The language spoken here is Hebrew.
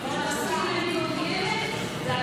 אני לא רוצה להאריך את התהליך, לעזור,